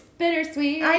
bittersweet